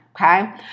Okay